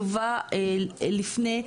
יובא לפני,